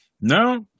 No